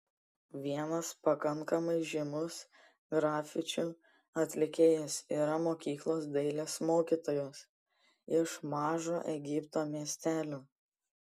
vienas pakankamai žymus grafičių atlikėjas yra mokyklos dailės mokytojas iš mažo egipto miestelio